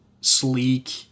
sleek